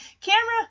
Camera